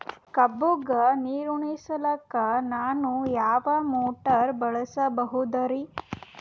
ಕಬ್ಬುಗ ನೀರುಣಿಸಲಕ ನಾನು ಯಾವ ಮೋಟಾರ್ ಬಳಸಬಹುದರಿ?